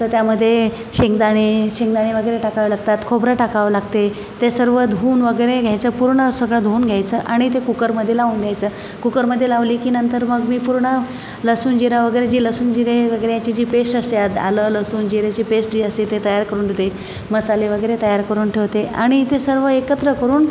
तर त्यामध्ये शेंगदाणे शेंगदाणे वगैरे टाकावे लागतात खोबरं टाकावं लागते ते सर्व धुवून वगैरे घ्यायचं पूर्ण सगळं धुवून घ्यायचं आणि ते कुकरमध्ये लावून घ्यायचं कुकरमध्ये लावले की नंतर मग मी पूर्ण लसूण जिरं वगैरे जी लसूण जिरे याची जी पेस्ट असते यात आलं लसूण जिऱ्याची पेस्ट जी असते ती तयार करून घेते मसाले वगैरे तयार करून ठेवते आणि ते सर्व एकत्र करून